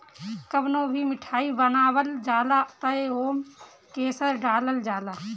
कवनो भी मिठाई बनावल जाला तअ ओमे केसर डालल जाला